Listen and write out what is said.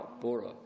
Bora